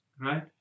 right